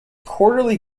quarterly